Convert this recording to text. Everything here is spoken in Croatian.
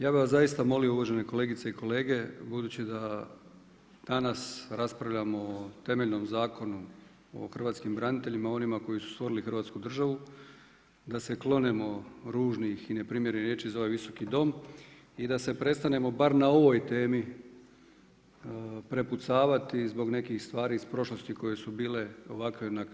Ja bih vas zaista molio uvažene kolegice i kolege budući da danas raspravljamo o temeljnom Zakonu o hrvatskim braniteljima o onima koji su stvorili Hrvatsku državu da se klonemo ružnih i neprimjerenih riječi za ovaj visoki dom i da se prestanemo bar na ovoj temi prepucavati zbog nekih stvari iz prošlosti koje su bile ovakve ili onakve.